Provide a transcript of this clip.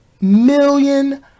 million